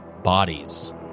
Bodies